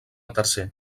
tercer